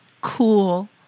cool